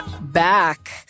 back